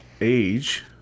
age